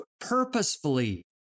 purposefully